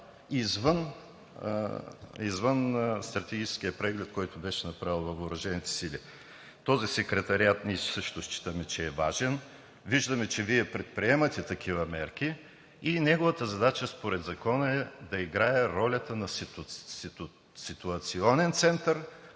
извън стратегическия преглед, който беше направил във въоръжените сили. Този секретариат ние също считаме, че е важен. Виждаме, че Вие предприемате такива мерки. Неговата задача според Закона е да играе ролята на ситуационен център,